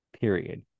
period